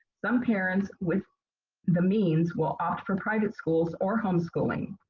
some parents with the means will opt for private schools or home schooling.